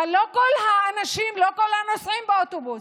אבל לא לכל הנוסעים באוטובוס,